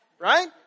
right